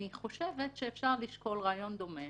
אני חושבת שאפשר לשקול רעיון דומה